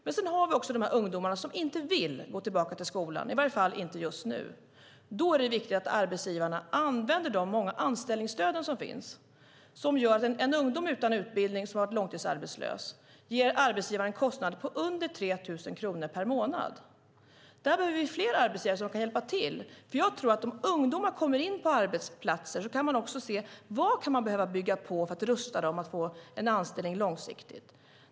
Men sedan har vi också de ungdomar som inte vill gå tillbaka till skolan, i varje fall inte just nu. Då är det viktigt att arbetsgivarna använder de många anställningsstöd som finns. De gör att en ungdom utan utbildning som har varit långtidsarbetslös ger arbetsgivaren en kostnad på under 3 000 kronor per månad. Där behöver vi fler arbetsgivare som kan hjälpa till, för jag tror att om ungdomar kommer in på arbetsplatser kan man också se vad de kan behöva bygga på för att rusta dem att få en anställning långsiktigt.